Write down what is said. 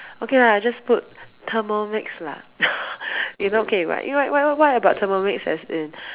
okay lah just put thermomix lah you know okay why why why about thermomix as in